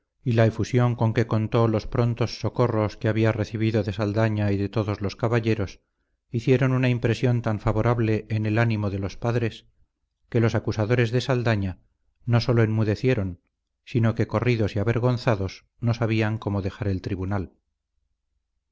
y la efusión con que contó los prontos socorros que había recibido de saldaña y de todos los caballeros hicieron una impresión tan favorable en el ánimo de los padres que los acusadores de saldaña no sólo enmudecieron sino que corridos y avergonzados no sabían cómo dejar el tribunal